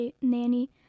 nanny